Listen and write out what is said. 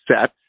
set